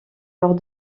lors